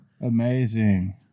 Amazing